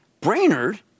Brainerd